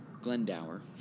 Glendower